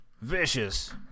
vicious